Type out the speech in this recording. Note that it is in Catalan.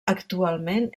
actualment